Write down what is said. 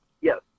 Yes